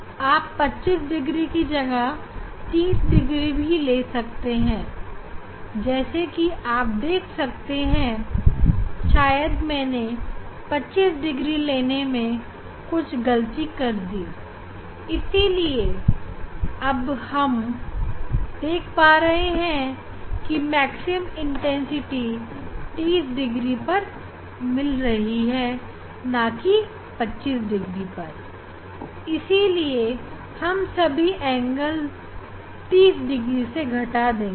आप 25 डिग्री की जगह 30 डिग्री भी ले सकते हैं जैसे कि आप देख सकते हैं शायद मैंने 25 डिग्री लेने में कुछ गलती कर दी इसीलिए अब हम देख पा रहे हैं कि मैक्सिमम इंटेंसिटी 30 डिग्री पर मिल रही है ना कि 25 डिग्री पर इसीलिए हम सभी कोण से 30 डिग्री घटा देंगे